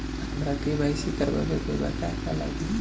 हमरा के.वाइ.सी करबाबे के बा का का लागि?